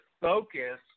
focus